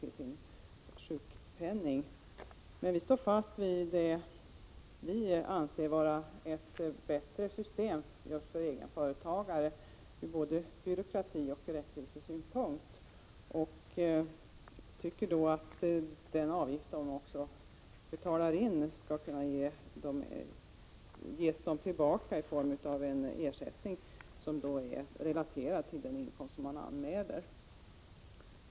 Centerpartiet står fast vid det system som vi anser vara bättre för just egenföretagarna, ur både byråkratioch rättvisesynpunkt. Den avgift som de betalar in skall de också kunna få tillbaka i form av en ersättning som är relaterad till den inkomst de anmäler.